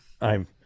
I'm-